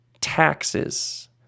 taxes